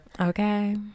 Okay